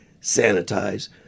sanitize